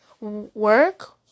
work